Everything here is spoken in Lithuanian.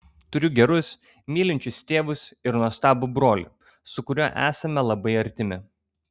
turiu gerus mylinčius tėvus ir nuostabų brolį su kuriuo esame labai artimi